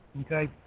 okay